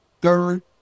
third